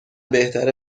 بهتره